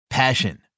Passion